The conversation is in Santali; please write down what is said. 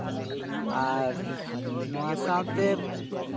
ᱟᱨ ᱱᱚᱣᱟ ᱥᱟᱶᱛᱮ